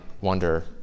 wonder